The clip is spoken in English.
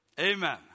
Amen